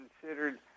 considered